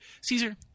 Caesar